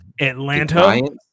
Atlanta